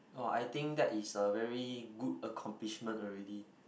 oh I think that is a very good accomplishment already